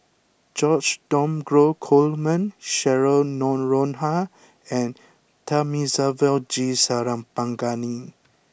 George Dromgold Coleman Cheryl Noronha and Thamizhavel G Sarangapani